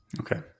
Okay